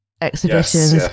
exhibitions